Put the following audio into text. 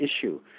issue